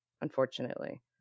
unfortunately